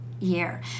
Year